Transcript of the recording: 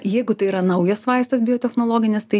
jeigu tai yra naujas vaistas biotechnologinis tai